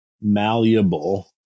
malleable